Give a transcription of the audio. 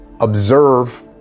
observe